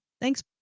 thanks